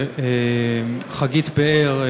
מחגית פאר,